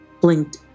blinked